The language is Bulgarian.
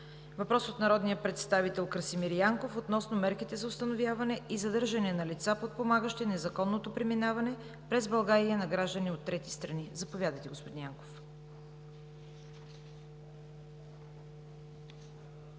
въпрос от народния представител Красимир Янков относно мерките за установяване и задържане на лица, подпомагащи незаконното преминаване през България на граждани от трети страни. Заповядайте, господин Янков.